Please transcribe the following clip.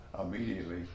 immediately